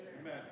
Amen